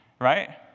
Right